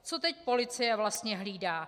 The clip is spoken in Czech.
Co teď policie vlastně hlídá?